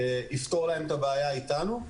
שיפתור להם את הבעיה אתנו.